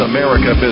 America